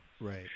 Right